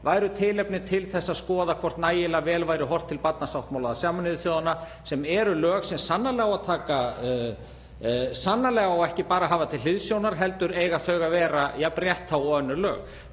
gæfu tilefni til að skoða hvort nægilega vel væri horft til barnasáttmála Sameinuðu þjóðanna, sem eru lög sem sannarlega á ekki bara að hafa til hliðsjónar heldur eiga þau að vera jafn rétthá og önnur lög.